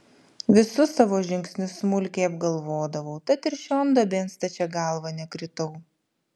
visus savo žingsnius smulkiai apgalvodavau tad ir šion duobėn stačia galva nekritau